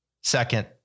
second